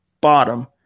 bottom